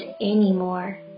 anymore